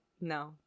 No